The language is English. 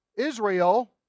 Israel